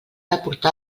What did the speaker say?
aportar